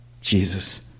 Jesus